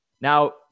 Now